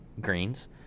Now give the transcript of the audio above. greens